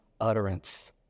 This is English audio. utterance